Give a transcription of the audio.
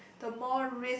the more risk